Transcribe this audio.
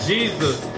Jesus